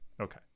Okay